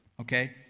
okay